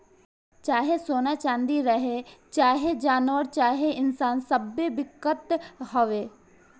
चाहे सोना चाँदी रहे, चाहे जानवर चाहे इन्सान सब्बे बिकत हवे